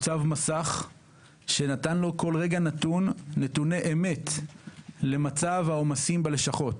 מסך שנתן לו כל רגע נתון נתוני אמת למצב העומסים בלשכות.